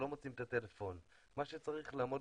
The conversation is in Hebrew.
מה שצריך לעמוד